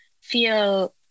feel